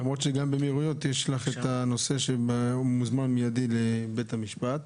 למרות שגם בעבירות מהירות הוא מוזמן מיידית לבית המשפט,